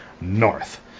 North